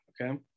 okay